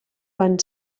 van